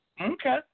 Okay